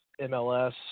MLS